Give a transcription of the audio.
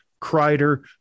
Kreider